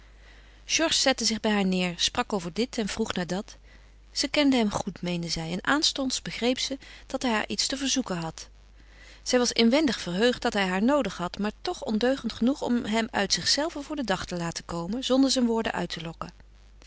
zette zich bij haar neêr sprak over dit en vroeg naar dat ze kende hem goed meende zij en aanstonds begreep ze dat hij haar iets te verzoeken had zij was inwendig verheugd dat hij haar noodig had maar toch ondeugend genoeg om hem uit zichzelven voor den dag te laten komen zonder zijn woorden uit te lokken